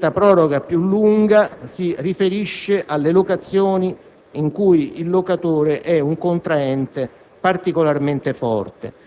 la proroga più lunga si riferisce alle locazioni in cui il locatore è un contraente particolarmente forte.